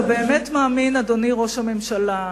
אתה באמת מאמין, אדוני ראש הממשלה,